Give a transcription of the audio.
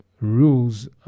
rules